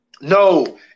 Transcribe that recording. No